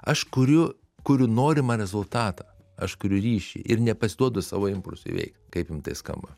aš kuriu kuriu norimą rezultatą aš kuriu ryšį ir nepasiduodu savo impulsui veikt kaip jum tai skamba